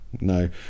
no